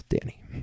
Danny